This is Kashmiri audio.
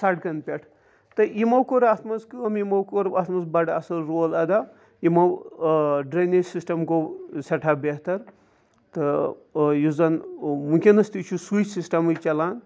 سڑکَن پٮ۪ٹھ تہٕ یِمو کوٚر اَتھ منٛز کٲم یِمو کوٚر اَتھ منٛز بَڑٕ اَصٕل رول اَدا یِمو ڈرٛٮ۪نیج سِسٹَم گوٚو سٮ۪ٹھاہ بہتر تہٕ یُس زَن وٕنۍکٮ۪نَس تہِ چھُ سُے سِسٹَمٕے چَلان